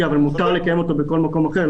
אבל מותר לקיים אותו בכל מקום אחר,